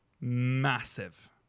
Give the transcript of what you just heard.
massive